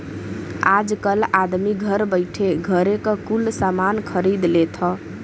आजकल आदमी घर बइठे घरे क कुल सामान खरीद लेत हौ